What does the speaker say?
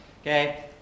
Okay